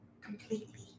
completely